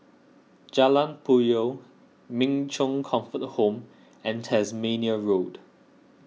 Jalan Puyoh Min Chong Comfort Home and Tasmania Road